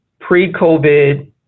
pre-COVID